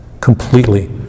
Completely